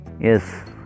yes